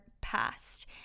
past